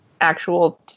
actual